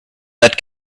that